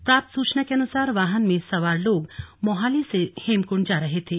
प्राप्त सूचना के अनुसार वाहन में सवार लोग मौहाली से हेमकुंड जा रहे थे